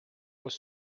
was